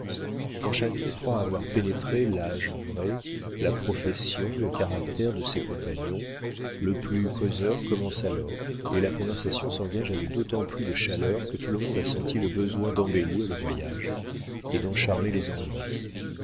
quand chacun croit avoir pénétré l'âge vrai la profession le caractère de ses compagnons le plus causeur commence alors et la conversation s'engage avec d'autant plus de chaleur que tout le monde a senti le besoin d'embellir le voyage et d'en charmer les ennuis